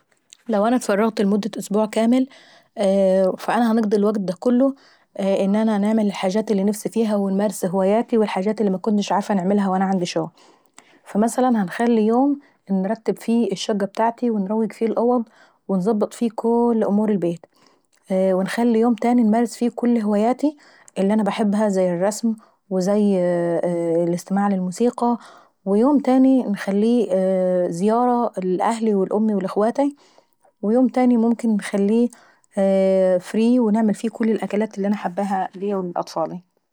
لو انا اتفرغت لمدة اسببوع كامل فانا هنقضي الوكت دا كله ان انا نعمل الحاجات اللي نفسي فيها ونمارس هواياتي ونعمل الحاجات اللي مكنتش عارفة نعملها لما كان عندي شغل. فمثلا هنخلي يوم انرتب فيه الشقة ابتاعتي وانروق فيه الاوض ونظبط فيه كل أمور البيت. ونخلي يوم تاني انمارس فيه كل هواياتي اللي انا باحبها زي الرسم وزي الاستماع للموسيقي. ويوم تان اي انخليه زيارة لاهلي ولامي واخواتاي. ويوم تاني مممكن نخليه فري ونعمل فيه كل الوكلات اللي باحبها ليا ولاطفالاي.